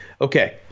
Okay